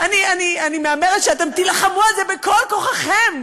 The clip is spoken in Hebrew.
אני מהמרת שאתם תילחמו על זה בכל כוחכם,